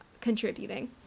contributing